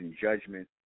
judgment